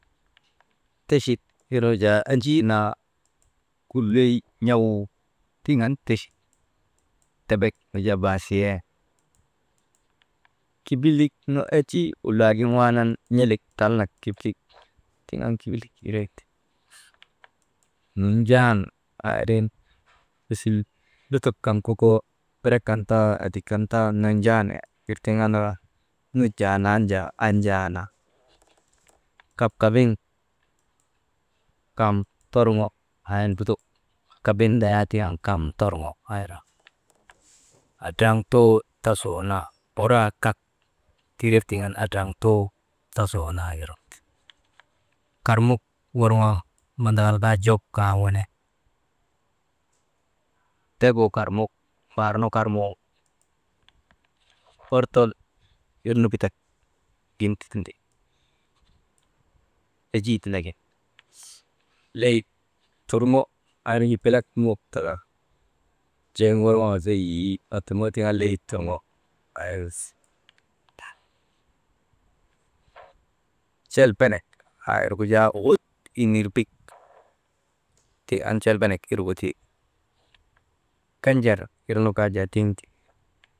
Techit irnu jaa enjii naa kulley n̰awu tiŋ an techit, tebek nu jaa baasiye, kibilik nu enjii kullagin waanan n̰ilii talnak kibilik tiŋ an kibilik irnu ti, nunjan aa irin misil lutok kan koko berek kan taa edik kan taa, nunjan wir tiŋ andaka nunjaanan jaa anjaana, kapkabin kam torŋo aa irnu lutok kapkabin ndayaa tiŋ an kam torŋo aa irnu, adraŋtuu tasuu naa, wuraa kak tire tiŋ an adraŋtuu tasuu naa irnu ti, kamuk worŋoonu manakal kaa jok kaa wene, tegu karmuk mbaar nu karmuu, fortol irnu bitak gin ti, enjii tindagin leyit turŋo aa irnu bilak nuŋok taka jeŋ worŋoka zeyit aa turŋoo tiŋ an leyit turŋo aa irnu ti, celbenek aa irgu jaa hut winirbik tii an celbenek wirgu ti, kenjer irnu kaa jaa tiŋ ti.